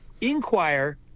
inquire